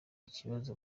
ikibazo